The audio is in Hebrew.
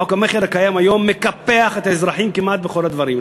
חוק המכר הקיים היום מקפח את האזרחים כמעט בכל הדברים.